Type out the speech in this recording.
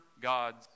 God's